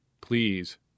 Please